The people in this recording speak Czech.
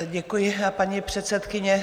Děkuji, paní předsedkyně.